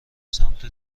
سمت